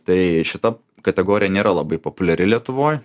tai šita kategorija nėra labai populiari lietuvoj